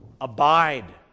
abide